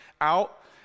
out